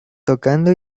tocando